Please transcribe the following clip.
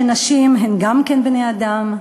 שנשים הן גם כן בני-אדם.